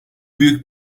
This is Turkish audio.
büyük